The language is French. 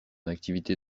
activité